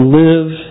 live